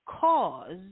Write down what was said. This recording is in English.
cause